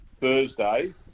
Thursday